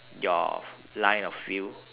your f~ line of field